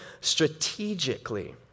strategically